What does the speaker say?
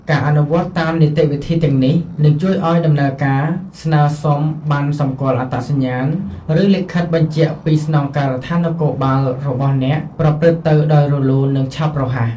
ការអនុវត្តតាមនីតិវិធីទាំងនេះ នឹងជួយឲ្យដំណើរការស្នើសុំប័ណ្ណសម្គាល់អត្តសញ្ញាណ ឬលិខិតបញ្ជាក់ពីស្នងការដ្ឋាននគរបាលរបស់អ្នកប្រព្រឹត្តទៅដោយរលូន និងឆាប់រហ័ស។